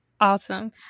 Awesome